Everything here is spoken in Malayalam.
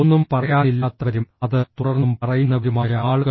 ഒന്നും പറയാനില്ലാത്തവരും അത് തുടർന്നും പറയുന്നവരുമായ ആളുകൾ